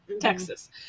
Texas